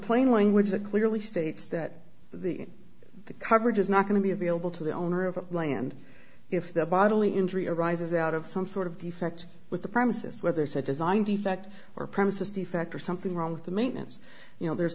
plain language that clearly states that the coverage is not going to be available to the owner of the land if the bodily injury arises out of some sort of defect with the premises whether it's a design defect or premises defect or something wrong with the maintenance you know there's